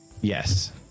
Yes